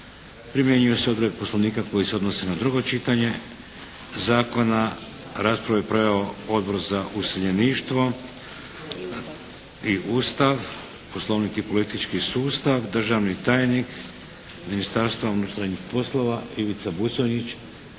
Primjenjuju se odredbe Poslovnika koje se odnose na drugo čitanje zakona. Raspravu je proveo Odbor za useljeništvo i Ustav, poslovnik i politički sustav. Državni tajnik Ministarstva unutarnjih poslova Ivica Buconjić